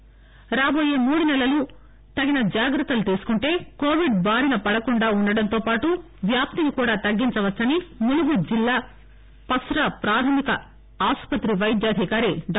Covid Mulugu రాబోయే మూడు నెలలు తగు జాగ్రత్తలు తీసుకుంటే కోవిడ్ బారిన పడకుండా ఉండడంతో పాటు వ్యాప్తి ని కూడా తగ్గించవచ్చని ములుగు జిల్లా పస్రా ప్రాధమిక ఆసుపత్రి వైద్యాధికారి డా